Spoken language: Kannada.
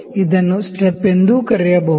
ಇದನ್ನು ಸ್ಟೆಪ್ ಎಂದೂ ಕರೆಯಬಹುದು